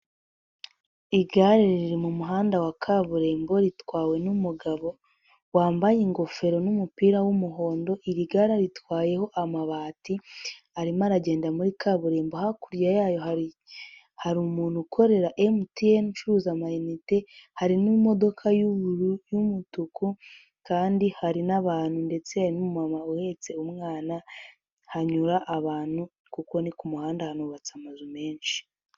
Igare riri mu muhanda wa kaburimbo ritwawe n'umugabo wambaye ingofero n'umupira w'umuhondo iri gare aritwayeho amabati arimo aragenda muri kaburimbo hakurya yayo hari umuntu ukorera mtn ucuruza amayinite hari n'imodoka y'ubururu y'umutuku kandi hari n'abantu ndetse n'umuma uhetse umwana hanyura abantu kuko ni ku kumuhanda hanubatse amazu menshi.